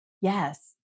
Yes